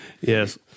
yes